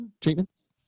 treatments